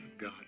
God